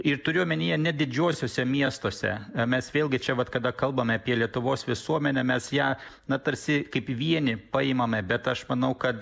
ir turiu omenyje ne didžiuosiuose miestuose mes vėlgi čia vat kada kalbame apie lietuvos visuomenę mes ją na tarsi kaip vienį paimame bet aš manau kad